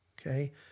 okay